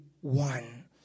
one